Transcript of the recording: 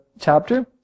chapter